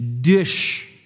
dish